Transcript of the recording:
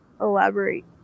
elaborate